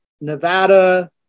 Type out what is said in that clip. Nevada